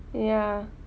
ya